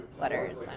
letters